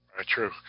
True